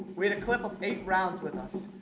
we had a clip of eight rounds with us.